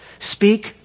speak